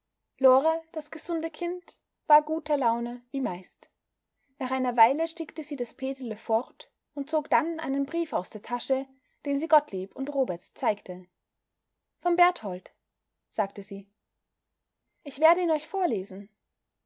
lore das gesunde kind war guter laune wie meist nach einer weile schickte sie das peterle fort und zog dann einen brief aus der tasche den sie gottlieb und robert zeigte vom berthold sagte sie ich werde ihn euch vorlesen